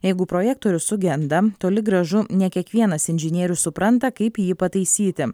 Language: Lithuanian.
jeigu projektorius sugenda toli gražu ne kiekvienas inžinierius supranta kaip jį pataisyti